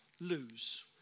lose